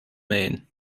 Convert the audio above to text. maine